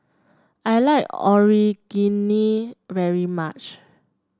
I like Onigiri very much